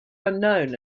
unknown